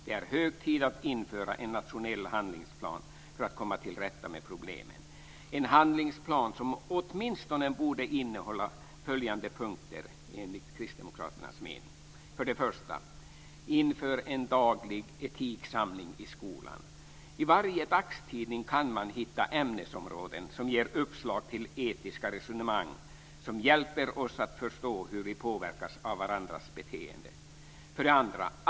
Det är hög tid att införa en nationell handlingsplan för att man ska komma till rätta med problemen. Det är en handlingsplan som åtminstone borde innehålla följande punkter enligt kristdemokraternas mening: 1. Man ska införa en daglig etiksamling i skolan. I varje dagstidning kan man hitta ämnesområden som ger uppslag till etiska resonemang som hjälper oss att förstå hur vi påverkas av varandras beteende. 2.